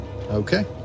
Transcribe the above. Okay